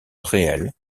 réel